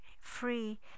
free